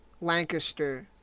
lancaster